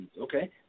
Okay